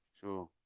sure